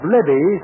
Libby